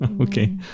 Okay